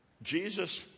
jesus